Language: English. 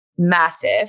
massive